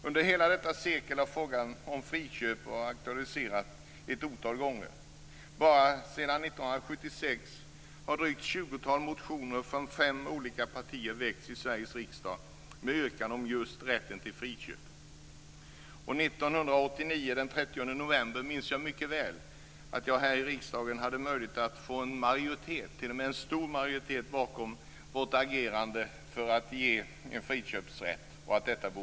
Under hela detta sekel har frågan om friköp aktualiserats ett otal gånger. Bara sedan 1976 har ett drygt 20-tal motioner från fem olika partier väckts i Sveriges riksdag med yrkan om rätten till friköp. Den 30 november 1989 minns jag mycket väl att jag här i riksdagen hade möjlighet att få en majoritet - t.o.m. en stor majoritet - bakom vårt agerande för att införa friköpsrätt.